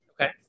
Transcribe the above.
okay